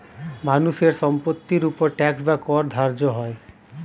মানুষের সম্পত্তির উপর ট্যাক্স বা কর ধার্য হয়